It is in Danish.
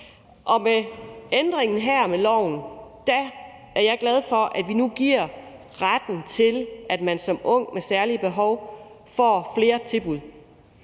Og med ændringen af loven her er jeg glad for, at vi nu giver retten til, at man som ung med særlige behov får flere tilbud.